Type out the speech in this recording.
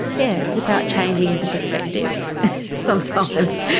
yeah it's about changing the perspective sometimes,